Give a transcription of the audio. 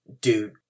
dude